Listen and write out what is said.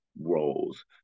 roles